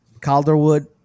Calderwood